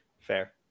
Fair